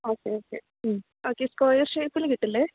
okay okay okay square ഷേയ്പ്പിൽ കിട്ടില്ലേ